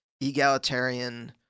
egalitarian